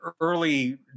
early